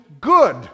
good